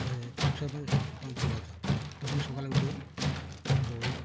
ওই ওই পাঁচ ছয় বছর দৌড়াতাম প্রতিদিন সকালে উঠে দৌড়